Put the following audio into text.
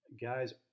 Guys